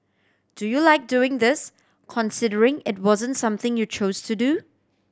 do you like doing this considering it wasn't something you chose to do